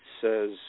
says